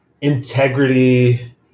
integrity